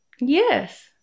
Yes